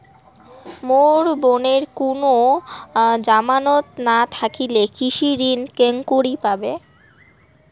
মোর বোনের কুনো জামানত না থাকিলে কৃষি ঋণ কেঙকরি পাবে?